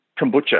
kombucha